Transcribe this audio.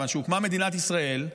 כיוון שהוקמה מדינת ישראל,